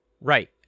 Right